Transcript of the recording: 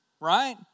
Right